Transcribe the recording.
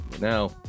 now